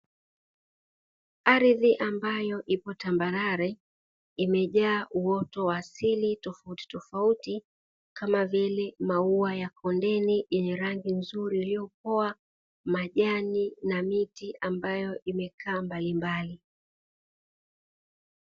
Ardhi ambayo ipo tambarare imejaa uoto wa asili tofauti tofauti kama vile maua ya kondeni yenye rangi nzuri iliyopoa, majani na miti ambayo imekaa mbalimbali.